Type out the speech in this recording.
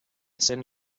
cent